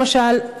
למשל,